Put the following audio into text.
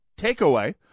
takeaway